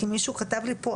כי מישהו כתב לי פה,